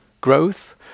growth